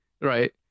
Right